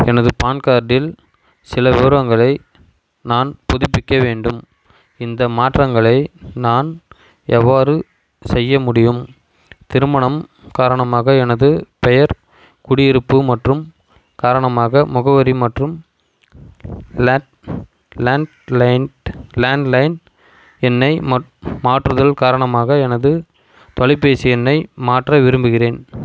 எனது பான் கார்டில் சில விவரங்களை நான் புதுப்பிக்க வேண்டும் இந்த மாற்றங்களை நான் எவ்வாறு செய்ய முடியும் திருமணம் காரணமாக எனது பெயர் குடியிருப்பு மற்றும் காரணமாக முகவரி மற்றும் லேட் லேன்ட்லைன் லேன்லைன் எண்ணை மற் மாற்றுதல் காரணமாக எனது தொலைபேசி எண்ணை மாற்ற விரும்புகிறேன்